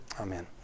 Amen